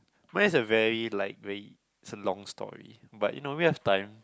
mine is a very like very it's a long story but you know we have time